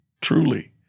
truly